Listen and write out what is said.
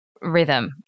rhythm